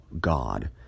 God